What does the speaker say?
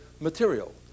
material